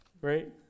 Right